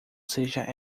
seja